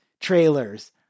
trailers